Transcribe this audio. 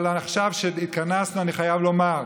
אבל עכשיו כשהתכנסנו אני חייב לומר: